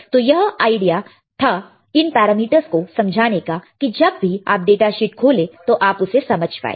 तो यही आइडिया था इन पैरामीटर को समझाने का की जब भी आप डाटा शीट खोलें तो आप उसे समझ पाए